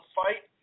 fight